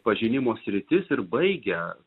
pažinimo sritis ir baigę